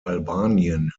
albanien